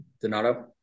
Donato